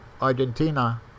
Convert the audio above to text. Argentina